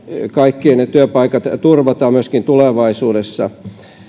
kaikkien työpaikat turvataan myöskin tulevaisuudessa